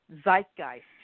zeitgeist